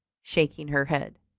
shaking her head.